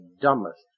dumbest